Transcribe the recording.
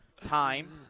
time